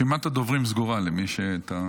רשימת הדוברים סגורה, למי שתהה.